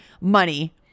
money